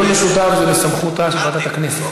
לא, דיון משותף זה בסמכותה של ועדת הכנסת.